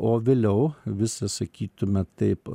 o vėliau visa sakytume taip